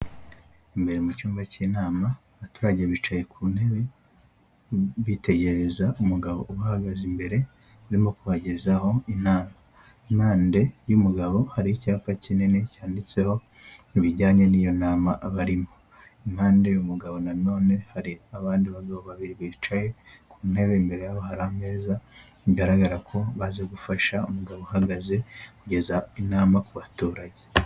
Imbere mu cyumba cy'inama abaturage bicaye ku ntebe bitegereza umugabo uhagaze imbere urimo kubagezaho inama, impade y'umugabo hari icyapa kinini cyanditseho bijyanye n'iyo nama barimo, impande y'umugabo nanone hari abandi bagabo babiri bicaye ku ntebe imbere yabo hari ameza bigaragara ko baza gufasha umugabo uhagaze kugeza inama ku baturage.